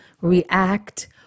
react